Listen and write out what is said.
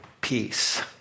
peace